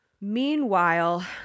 Meanwhile